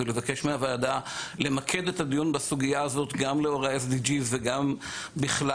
ולבקש מהוועדה למקד את הדיון בסוגיה הזאת גם לאור ה-SDG וגם בכלל.